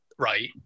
Right